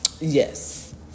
Yes